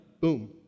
Boom